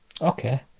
okay